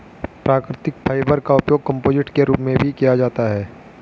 प्राकृतिक फाइबर का उपयोग कंपोजिट के रूप में भी किया जाता है